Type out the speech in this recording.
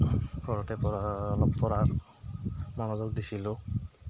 ঘৰতে পৰা অলপ পঢ়াৰ মনোযোগ দিছিলোঁ